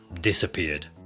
disappeared